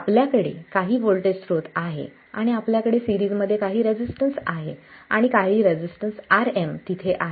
आपल्याकडे काही वोल्टेज स्रोत आहे आणि आपल्याकडे सीरिजमध्ये काही रेसिस्टन्स आहे आणि काही रेसिस्टन्स Rm तिथे आहे